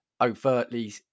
overtly